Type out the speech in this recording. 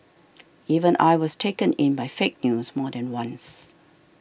even I was taken in by fake news more than once